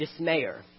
dismayer